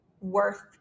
worth